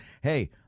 hey